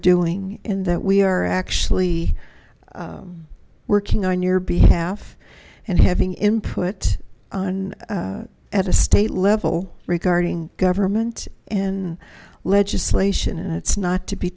doing and that we are actually working on your behalf and having input on at a state level regarding government in legislation and it's not to be